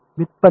व्युत्पन्न